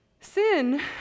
Sin